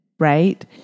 Right